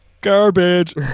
garbage